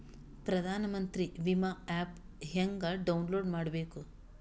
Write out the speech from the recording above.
ಪ್ರಧಾನಮಂತ್ರಿ ವಿಮಾ ಆ್ಯಪ್ ಹೆಂಗ ಡೌನ್ಲೋಡ್ ಮಾಡಬೇಕು?